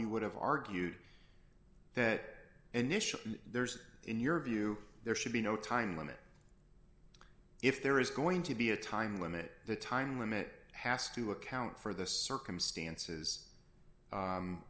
you would have argued that initial there's in your view there should be no time limit if there is going to be a time limit the time limit has to account for the circumstances